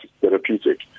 therapeutic